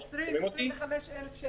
אנחנו